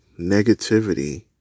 negativity